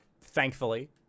Thankfully